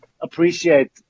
appreciate